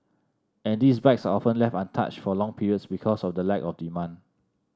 and these bikes are often left untouched for long periods because of the lack of demand